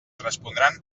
respondran